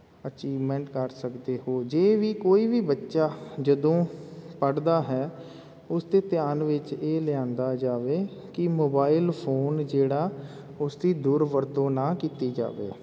achievement ਕਰ ਸਕਦੇ ਹੋ ਜੇ ਵੀ ਕੋਈ ਵੀ ਬੱਚਾ ਜਦੋਂ ਪੜ੍ਹਦਾ ਹੈ ਉਸ ਦੇ ਧਿਆਨ ਵਿੱਚ ਇਹ ਲਿਆਂਦਾ ਜਾਵੇ ਕਿ ਮੋਬਾਈਲ ਫੋਨ ਜਿਹੜਾ ਉਸਦੀ ਦੁਰਵਰਤੋਂ ਨਾ ਕੀਤੀ ਜਾਵੇ